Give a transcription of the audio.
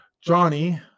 Johnny